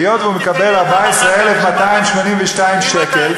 היות שהוא מקבל 14,282 שקל,